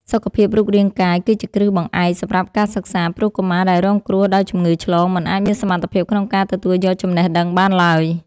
សុខភាពរូបរាងកាយគឺជាគ្រឹះបង្អែកសម្រាប់ការសិក្សា ព្រោះកុមារដែលរងគ្រោះដោយជំងឺឆ្លងមិនអាចមានសមត្ថភាពក្នុងការទទួលយកចំណេះដឹងបានឡើយ។